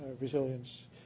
resilience